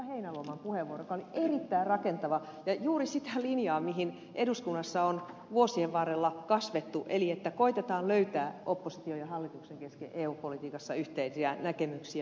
heinäluoman puheenvuoro joka oli erittäin rakentava ja juuri sitä linjaa mihin eduskunnassa on vuosien varrella kasvettu eli että koetetaan löytää opposition ja hallituksen kesken eu politiikassa yhteisiä näkemyksiä